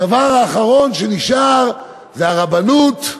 הדבר האחרון שנשאר זה הרבנות.